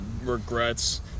regrets